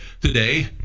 today